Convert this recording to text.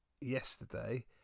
yesterday